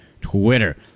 Twitter